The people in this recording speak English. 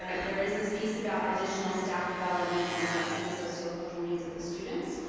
there is this piece about additional staff development and addressing the sociocultural needs of the students,